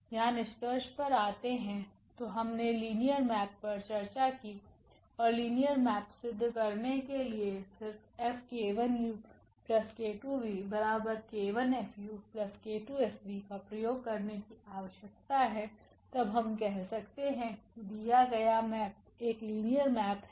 यहाँ निष्कर्ष पर आते हैतो हमने लिनियर मेप पर चर्चा की और लिनियर मेप सिद्ध करने के लिए सिर्फF𝑘1𝑢𝑘2𝑣𝑘1𝐹𝑢𝑘2𝐹𝑣 का प्रयोग करने की आवश्यकता है तब हम कह सकते है कि दिया गया मेप एक लिनियर मेप है